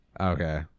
Okay